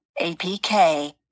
Apk